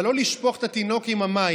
אבל לא לשפוך את התינוק עם המים.